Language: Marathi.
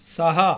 सहा